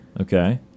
Okay